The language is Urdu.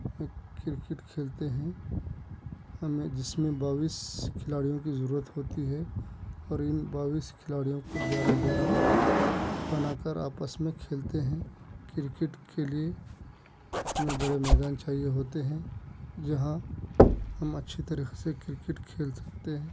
کرکٹ کھیلتے ہیں ہمیں جس میں بائیس کھلاڑیوں کی ضرورت ہوتی ہے اور ان بائیس کھلاڑیوں کو گیارہ گیارہ بنا کر آپس میں کھیلتے ہیں کرکٹ کے لیے ہمیں بڑے میدان چاہیے ہوتے ہیں جہاں ہم اچھی طریقے سے کرکٹ کھیل سکتے ہیں